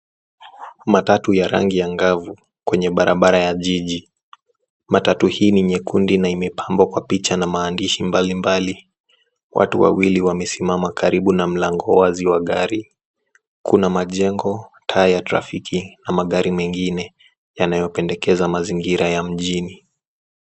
Matatu ya rangi angavu kwenye barabara ya jiji, matatu hii ni nyekundu na imepambwa kwa picha na maandishi mbalimbali. Watu wawili wamesimama karibu na mlango wazi wa gari. Kuna majengo, taa ya trafiki na magari mengine yanayopendekeza mazingira ya mjini.